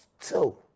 Two